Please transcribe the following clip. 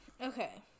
okay